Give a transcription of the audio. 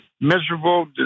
miserable